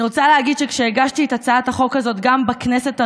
אני רוצה להגיד שכשהגשתי את הצעת החוק הזאת גם בכנסת הנוכחית,